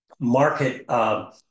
market